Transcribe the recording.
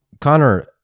Connor